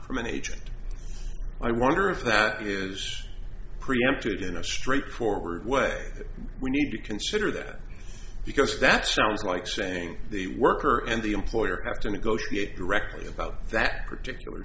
from an agent i wonder if they use preempted in a straightforward way we need to consider that because that sounds like saying the worker and the employer have to negotiate directly about that particular